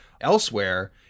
Elsewhere